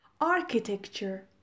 Architecture